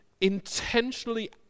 intentionally